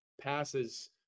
passes